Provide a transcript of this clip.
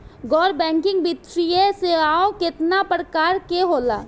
गैर बैंकिंग वित्तीय सेवाओं केतना प्रकार के होला?